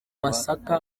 masaka